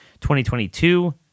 2022